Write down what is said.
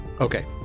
Okay